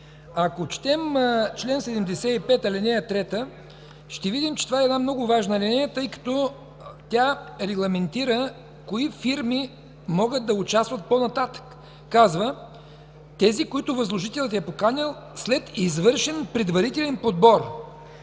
Ако четем чл. 75, ал. 3, ще видим, че това е много важна алинея, тъй като тя регламентира кои фирми могат да участват по-нататък. Казва: тези, които възложителят е поканил след извършен предварителен подбор.